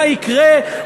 מה יקרה,